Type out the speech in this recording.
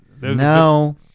No